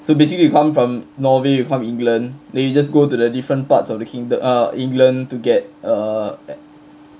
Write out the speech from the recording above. so basically you come from norway you come england then you just go to the different parts of the kingdo~ uh england to get err